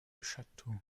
château